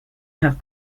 have